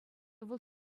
вӑл